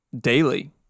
daily